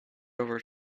over